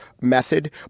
method